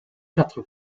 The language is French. quatre